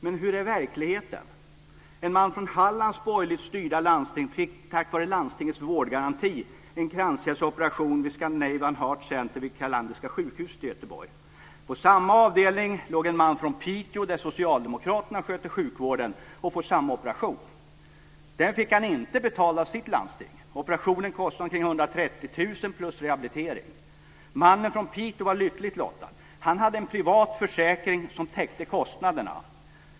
Men hur är verkligheten? En man från Hallands borgerligt styrda landsting fick tack vare landstingets vårdgaranti en kranskärlsoperation vid Scandinavian Heart Center vid Carlanderska sjukhuset i Göteborg. På samma avdelning låg en man från Piteå där, socialdemokraterna sköter sjukvården, inne för samma operation. Den fick han inte betald av sitt landsting. Operationen kostade omkring 130 000. Därtill tillkommer rehabilitering. Mannen från Piteå var lyckligt lottad. Han hade en privat försäkring som täckte kostnaderna.